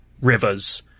rivers